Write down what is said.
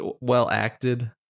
well-acted